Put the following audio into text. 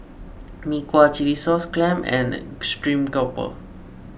Mee Kuah Chilli Sauce Clams and Stream Grouper